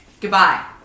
Goodbye